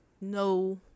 no